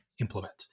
implement